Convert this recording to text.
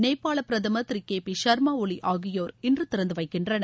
நேபாளபிரதமர் திருகேசர்மாஒலிஆகியோர் இன்றுதிறந்துவைக்கின்றனர்